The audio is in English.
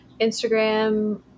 Instagram